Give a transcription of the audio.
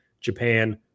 Japan